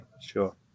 Sure